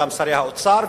גם שרי האוצר,